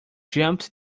jumped